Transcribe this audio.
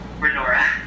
Renora